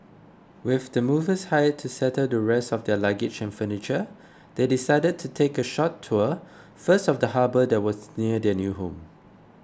with the movers hired to settle the rest of their luggage and furniture they decided to take a short tour first of the harbour that was near their new home